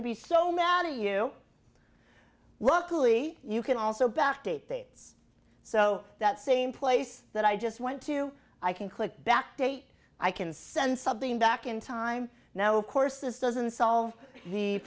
to be so mad at you luckily you can also back date dates so that same place that i just went to i can click back date i can send something back in time now of course this doesn't solve the